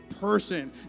person